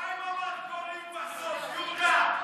ומה עם המרכולים בסוף, יהודה?